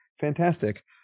fantastic